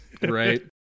Right